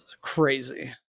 crazy